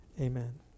Amen